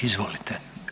Izvolite.